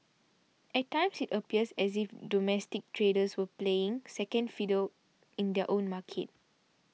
at times it appears as if domestic traders were playing second fiddle in their own market